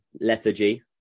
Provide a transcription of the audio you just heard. Lethargy